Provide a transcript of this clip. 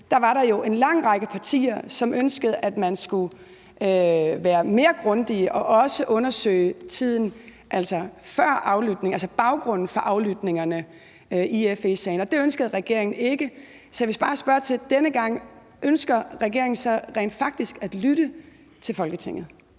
til, var der jo en lang række partier, som ønskede, at man skulle være mere grundige og også undersøge baggrunden for aflytningerne i FE-sagen, og det ønskede regeringen ikke. Så jeg vil bare spørge, om regeringen denne gang rent faktisk ønsker at lytte til Folketinget.